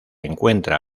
encuentra